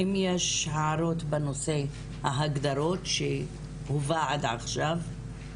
האם יש הערות בנושא ההגדרות שהובא עד עכשיו?